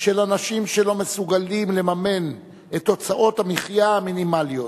של אנשים שלא מסוגלים לממן את הוצאות המחיה המינימליות",